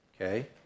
Okay